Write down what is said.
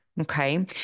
okay